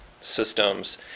systems